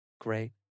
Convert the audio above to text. great